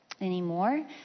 anymore